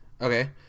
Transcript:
Okay